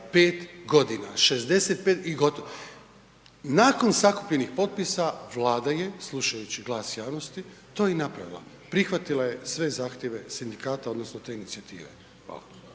65 g., 65 i gotovo. Nakon sakupljenih potpisa, Vlada je slušajući glas javnosti, to i napravila, prihvatila je sve zahtjeve sindikata odnosno te inicijative,